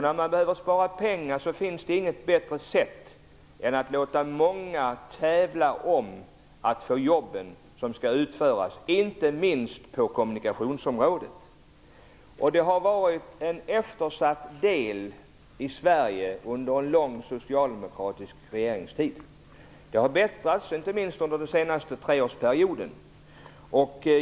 När man behöver spara finns det inget bättre sätt än att låta många tävla om de jobb som skall utföras, inte minst gäller det kommunikationsområdet. Det har varit en eftersatt del i Sverige under en lång socialdemokratisk regeringstid. Detta har förbättrats, inte minst under den senaste treårsperioden.